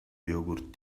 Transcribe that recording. yogurt